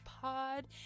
Pod